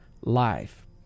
life